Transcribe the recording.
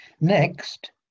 Next